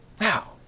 Now